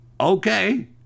okay